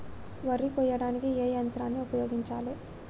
వరి కొయ్యడానికి ఏ యంత్రాన్ని ఉపయోగించాలే?